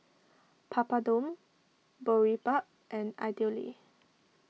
Papadum Boribap and Idili